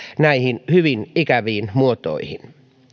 näihin hyvin ikäviin muotoihin